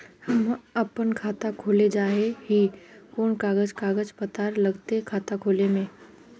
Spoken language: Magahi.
हम अपन खाता खोले चाहे ही कोन कागज कागज पत्तार लगते खाता खोले में?